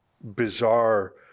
bizarre